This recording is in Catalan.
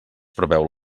preveu